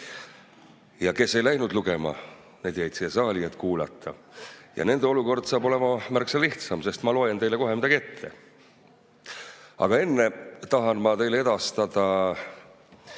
Kes ei läinud lugema, need jäid siia saali, et kuulata. Nende olukord saab olema märksa lihtsam, sest ma loen teile kohe midagi ette. Aga enne tahan ma teile edastada